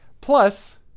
plus